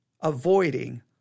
avoiding